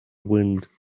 wind